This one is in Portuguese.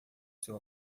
seu